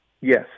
Yes